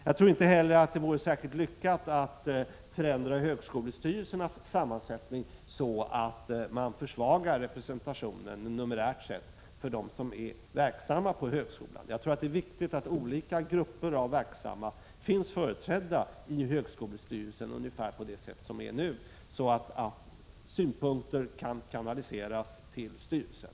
Det vore inte heller särskilt lyckat att förändra högskolestyrelsernas sammansättning så, att representationen för dem som är verksamma på högskolan numerärt sett försvagas. Det är viktigt att olika grupper av verksamma finns företrädda i högskolestyrelsen på ungefär det sätt som nu sker, så att synpunkter kan kanaliseras till styrelsen.